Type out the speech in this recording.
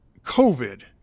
COVID